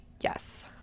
Yes